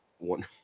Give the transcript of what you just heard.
One